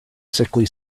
sickly